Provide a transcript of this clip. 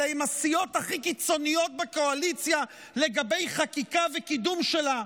אלא עם הסיעות הכי קיצוניות בקואליציה לגבי חקיקה וקידום שלה,